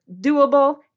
doable